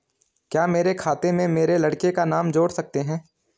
क्या मेरे खाते में मेरे लड़के का नाम जोड़ सकते हैं?